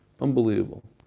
Unbelievable